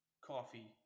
Coffee